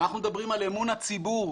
אנחנו מדברים על אמון הציבור.